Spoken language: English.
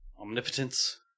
omnipotence